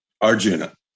Arjuna